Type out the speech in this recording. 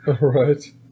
Right